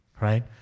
right